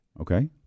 Okay